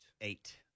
Eight